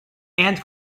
and